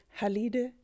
halide